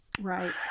Right